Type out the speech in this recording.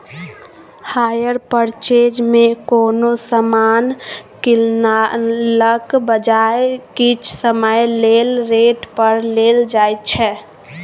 hire purchase मे कोनो समान कीनलाक बजाय किछ समय लेल रेंट पर लेल जाएत छै